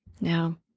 Now